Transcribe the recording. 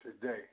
today